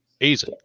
Easy